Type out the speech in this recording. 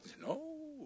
No